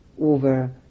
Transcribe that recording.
over